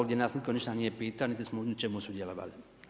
Ovdje nas nitko ništa nije pitao niti smo u ničemu sudjelovali.